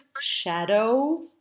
shadow